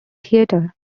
theater